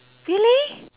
really